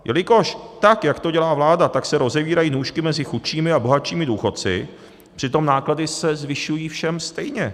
Jelikož tak, jak to dělá vláda, tak se rozevírají nůžky mezi chudšími a bohatšími důchodci, přitom náklady se zvyšují všem stejně.